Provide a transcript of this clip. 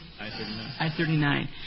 I-39